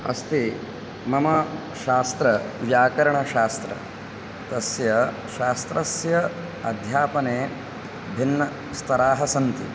अस्ति मम शास्त्रं व्याकरणशास्त्रं तस्य शास्त्रस्य अध्यापने भिन्नस्तराः सन्ति